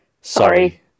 sorry